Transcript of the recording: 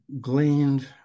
gleaned